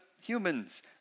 humans